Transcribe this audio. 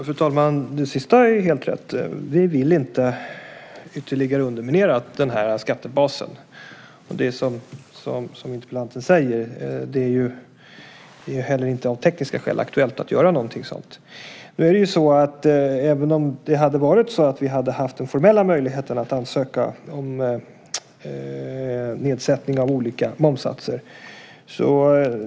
Fru talman! Det sista är helt rätt. Vi vill inte ytterligare underminera den här skattebasen. Det är som interpellanten säger; det är av tekniska skäl inte heller aktuellt att göra någonting sådant. Vi har inte haft den formella möjligheten att ansöka om nedsättning av olika momssatser.